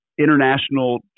international